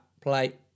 Play